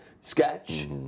sketch